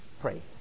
pray